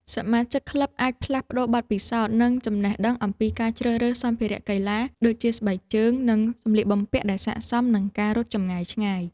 សមាជិកក្លឹបអាចផ្លាស់ប្តូរបទពិសោធន៍ និងចំណេះដឹងអំពីការជ្រើសរើសសម្ភារៈកីឡា ដូចជាស្បែកជើង និងសម្លៀកបំពាក់ដែលស័ក្តិសមនឹងការរត់ចម្ងាយឆ្ងាយ។